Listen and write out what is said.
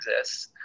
exists